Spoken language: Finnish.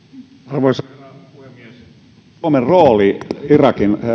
arvoisa herra puhemies suomen rooli irakin